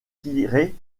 tirés